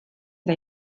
eta